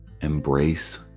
embrace